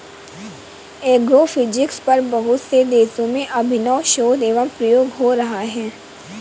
agrophysics पर बहुत से देशों में अभिनव शोध एवं प्रयोग हो रहा है